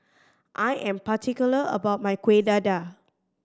I am particular about my Kuih Dadar